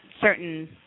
certain